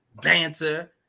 Dancer